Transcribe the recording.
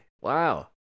Wow